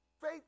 Faith